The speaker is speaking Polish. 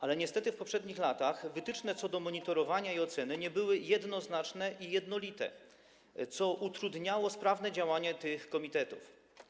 Ale niestety w poprzednich latach wytyczne co do monitorowania i oceny nie były jednoznaczne i jednolite, co utrudniało sprawne działanie tych komitetów.